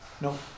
no